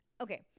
Okay